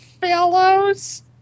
fellows